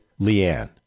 Leanne